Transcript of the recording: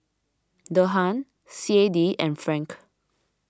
Dirham C A D and Franc